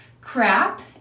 crap